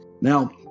Now